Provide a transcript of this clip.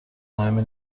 مهمی